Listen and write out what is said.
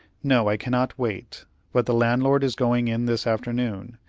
no, i cannot wait but the landlord is going in this afternoon,